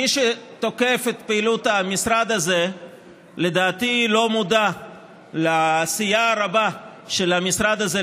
מי שתוקף את פעילות המשרד הזה לדעתי לא מודע לעשייה הרבה של המשרד הזה,